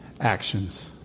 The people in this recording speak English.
actions